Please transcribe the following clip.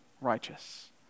righteous